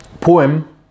poem